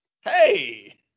Hey